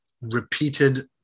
repeated